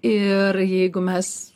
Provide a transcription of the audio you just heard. ir jeigu mes